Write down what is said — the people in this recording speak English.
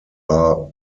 are